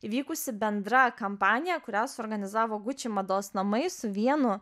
įvykusi bendra kampanija kurią suorganizavo gucci mados namai su vienu